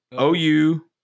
OU